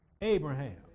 Abraham